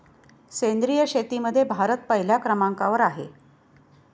सेंद्रिय शेतीमध्ये भारत पहिल्या क्रमांकावर आहे